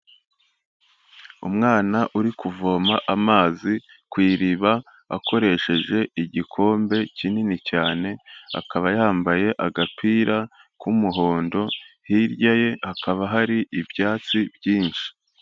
Umwana uri kuvoma amazi ku iriba akoresheje igikombe kinini cyane, akaba yambaye agapira k'umuhondo, hirya ye hakaba hari ibyatsi byinshi.